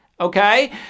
Okay